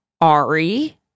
ari